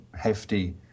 hefty